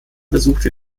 besuchte